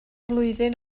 flwyddyn